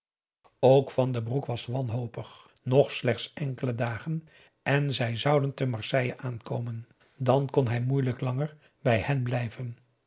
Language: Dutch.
ook van den broek was wanhopig nog slechts enkele dagen en zij zouden te marseille aankomen dan kon hij moeilijk langer bij hen blijven